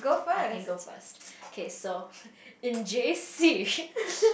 I can go first okay so in j_c